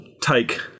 take